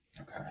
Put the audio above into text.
Okay